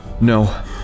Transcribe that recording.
No